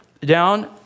down